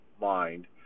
mind